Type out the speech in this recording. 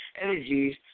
energies